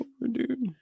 dude